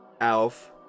Alf